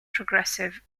progressive